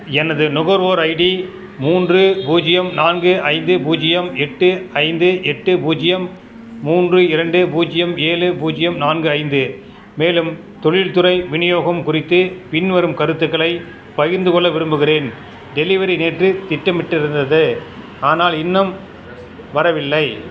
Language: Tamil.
எனது நுகர்வோர் ஐடி மூன்று பூஜ்ஜியம் நான்கு ஐந்து பூஜ்ஜியம் எட்டு ஐந்து எட்டு பூஜ்ஜியம் மூன்று இரண்டு பூஜ்ஜியம் ஏழு பூஜ்ஜியம் நான்கு ஐந்து மேலும் தொழில்துறை விநியோகம் குறித்து பின்வரும் கருத்துக்களைப் பகிர்ந்து கொள்ள விரும்புகிறேன் டெலிவரி நேற்று திட்டமிட்டிருந்தது ஆனால் இன்னும் வரவில்லை